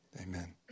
Amen